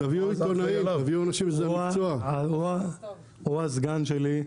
הוא הסגן שלי.